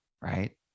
right